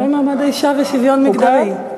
אולי מעמד האישה ושוויון מגדרי.